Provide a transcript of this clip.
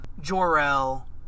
Jor-El